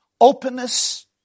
openness